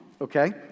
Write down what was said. okay